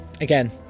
again